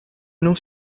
non